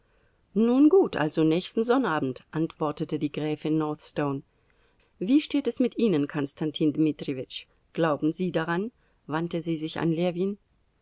nun gut also nächsten sonnabend antwortete die gräfin northstone wie steht es mit ihnen konstantin dmitrijewitsch glauben sie daran wandte sie sich an ljewin